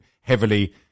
heavily